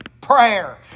prayer